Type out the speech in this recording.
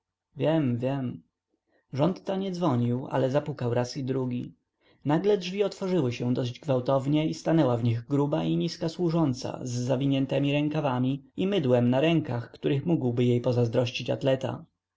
wiem wiem rządca nie dzwonił ale zapukał raz i drugi nagle drzwi otworzyły się dość gwałtownie i stanęła w nich gruba i niska służąca z zawiniętemi rękawami i z mydłem na rękach których mógłby jej pozazdrościć atleta